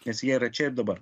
nes jie yra čia ir dabar